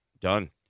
done